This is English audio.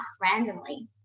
randomly